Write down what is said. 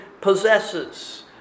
possesses